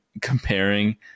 comparing